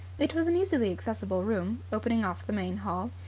it was an easily accessible room, opening off the main hall.